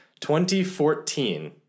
2014